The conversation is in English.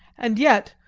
and yet,